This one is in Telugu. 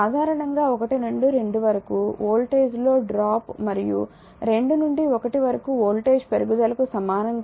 సాధారణంగా 1 నుండి 2 వరకు వోల్టేజ్ లో డ్రాప్ మరియు 2 నుండి 1 వరకు వోల్టేజ్ పెరుగుదలకు సమానం